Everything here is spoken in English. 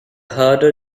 harder